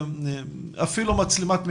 אפילו מצלמת מהירות.